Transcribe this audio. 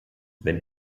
wenn